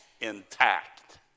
intact